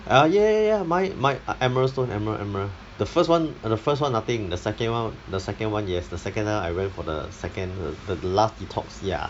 ah ya ya ya mine my uh emerald stone emerald emerald the first one the first [one] nothing the second [one] the second [one] yes the second [one] I went for the second the the last detox ya